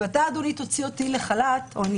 אם אתה אדוני תוציא אותי לחל"ת או אני